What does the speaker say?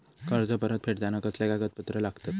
कर्ज परत फेडताना कसले कागदपत्र लागतत?